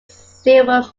silver